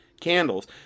candles